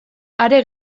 are